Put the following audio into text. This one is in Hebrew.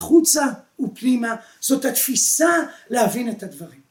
החוצה ופנימה זאת התפיסה להבין את הדברים.